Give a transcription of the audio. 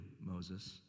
Moses